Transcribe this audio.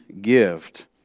gift